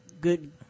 good